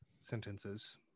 sentences